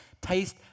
taste